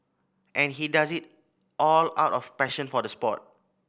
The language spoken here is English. and he does it all out of passion for the sport